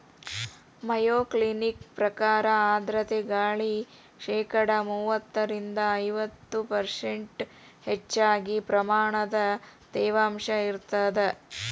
Mayo Clinic ಪ್ರಕಾರ ಆರ್ಧ್ರತೆ ಗಾಳಿ ಶೇಕಡಾ ಮೂವತ್ತರಿಂದ ಐವತ್ತು ಪರ್ಷ್ಂಟ್ ಹೆಚ್ಚಗಿ ಪ್ರಮಾಣದ ತೇವಾಂಶ ಇರತ್ತದ